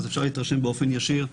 אז אפשר להתרשם באופן ישיר.